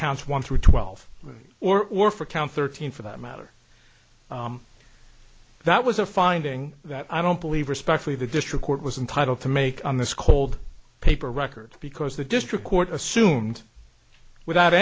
counts one through twelve or or for count thirteen for that matter that was a finding that i don't believe respectfully the district court was entitled to make on this cold paper record because the district court assumed without